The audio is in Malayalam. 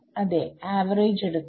അതെ ആവറേജ് എടുക്കാം